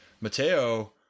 Mateo